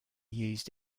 used